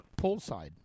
poolside